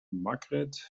margret